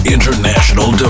International